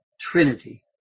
Trinity